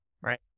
Right